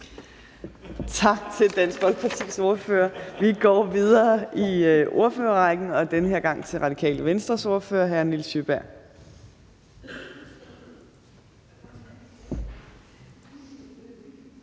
Tak til Dansk Folkepartis ordfører. Vi går videre i ordførerrækken og den her gang til Radikale Venstres ordfører, hr. Niels Sjøberg.